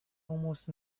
almost